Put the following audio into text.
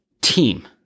Team